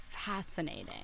fascinating